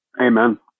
Amen